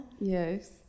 yes